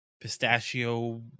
pistachio